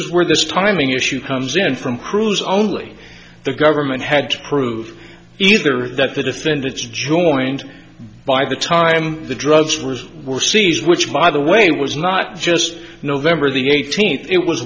is where this timing issue comes in from cruise only the government had to prove either that the defendants joined by the time the drugs were seized which by the way was not just november the eighteenth it was